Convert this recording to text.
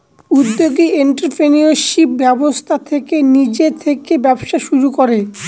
উদ্যোগী এন্ট্ররপ্রেনিউরশিপ ব্যবস্থা করে নিজে থেকে ব্যবসা শুরু করে